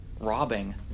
robbing